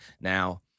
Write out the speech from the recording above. Now